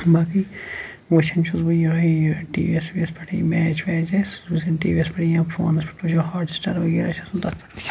باقٕے وٕچھان چھُس بہٕ یِہٕے یہِ ٹی وی یَس وی وی یَس پٮ۪ٹھ یہِ میچ ویچ آسہِ یُس زَن ٹی وی یَس پٮ۪ٹھ یا فونَس پٮ۪ٹھ وٕچھِ بہٕ ہاٹ سٹار وغیرہ چھِ آسان تَتھ پٮ۪ٹھ